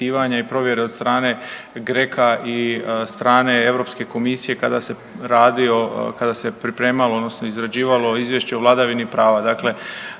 i provjere od strane GRECO-a i strane EU komisije kada se radi o, kada se pripremalo odnosno izrađivalo izvješće o vladavini prava.